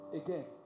again